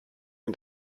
und